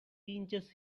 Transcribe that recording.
pinches